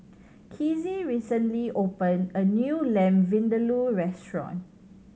Kizzie recently open a new Lamb Vindaloo restaurant